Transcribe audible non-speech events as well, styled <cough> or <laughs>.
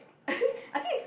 <laughs> I think it's